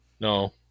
No